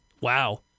wow